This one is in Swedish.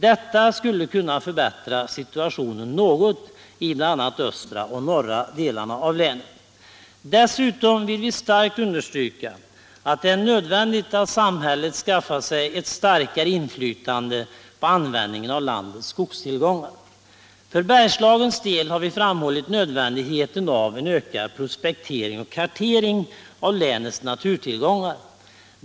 Detta skulle kunna förbättra situationen något i bl.a. de östra och norra delarna av länet. Dessutom vill vi starkt understryka att det är nödvändigt att samhället skaffar sig ett starkare inflytande på användningen av landets skogstillgångar. För Bergslagens del har vi framhållit nödvändigheten av en ökad prospektering och kartering av länets naturtillgångar.